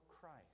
Christ